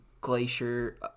Glacier